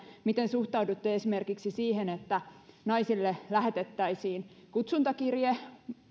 miten suhtaudutte esimerkiksi siihen että naisille lähetettäisiin kutsuntakirje